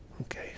okay